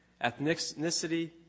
ethnicity